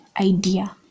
idea